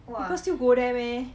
people still go there meh